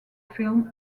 film